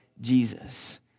Jesus